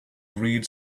read